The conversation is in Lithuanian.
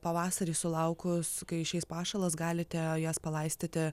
pavasarį sulaukus kai išeis pašalas galite jas palaistyti